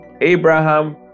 Abraham